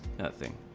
nothing